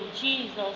Jesus